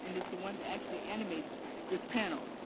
and it's the one that actually animates this panel.